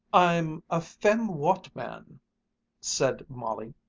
i'm a femme watt-man said molly,